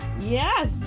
Yes